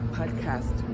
podcast